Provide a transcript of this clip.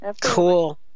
Cool